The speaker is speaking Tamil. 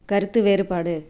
கருத்து வேறுபாடு